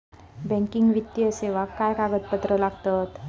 Banking वित्तीय सेवाक काय कागदपत्र लागतत?